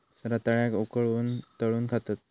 रताळ्याक उकळवून, तळून खातत